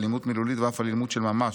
אלימות מילולית ואף אלימות של ממש.